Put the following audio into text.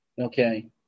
okay